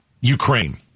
Ukraine